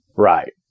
Right